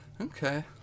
Okay